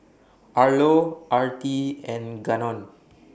Arlo Artie and Gannon